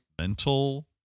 mental